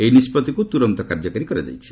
ଏହି ନିଷ୍ପଭିକୁ ତୁରନ୍ତ କାର୍ଯ୍ୟକାରୀ କରାଯାଇଛି